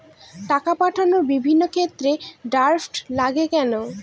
টাকা পাঠানোর বিভিন্ন ক্ষেত্রে ড্রাফট লাগে কেন?